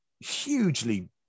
hugely